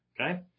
Okay